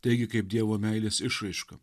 taigi kaip dievo meilės išraiška